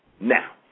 Now